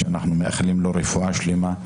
שאנחנו מאחלים לו רפואה שלמה,